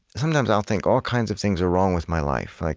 sometimes, i'll think all kinds of things are wrong with my life. like